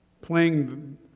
playing